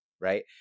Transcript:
right